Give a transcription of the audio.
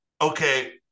okay